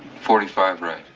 forty five right.